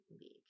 League